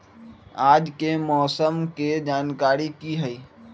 आज के मौसम के जानकारी कि हई?